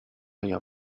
your